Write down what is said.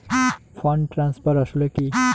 Fund transfer আসলে কী?